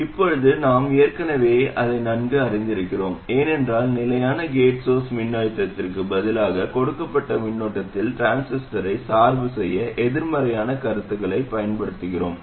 இப்போது நாம் ஏற்கனவே அதை நன்கு அறிந்திருக்கிறோம் ஏனென்றால் நிலையான கேட் சோர்ஸ் மின்னழுத்தத்திற்கு பதிலாக கொடுக்கப்பட்ட மின்னோட்டத்தில் டிரான்சிஸ்டரை சார்பு செய்ய எதிர்மறையான கருத்துக்களைப் பயன்படுத்துகிறோம்